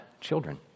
children